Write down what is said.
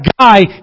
guy